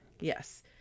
Yes